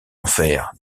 enfers